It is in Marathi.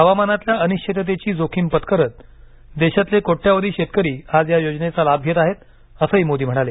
हवामानातल्या अनिश्चिततेची जोखीम पत्करत देशातले कोट्यावधी शेतकरी आज या योजनेचा लाभ घेत आहेत असंही मोदी म्हणाले